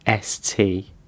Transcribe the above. ST